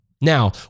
Now